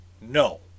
No